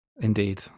Indeed